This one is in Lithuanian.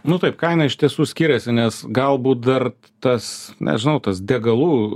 nu taip kaina iš tiesų skiriasi nes galbūt dar tas nežinau tas degalų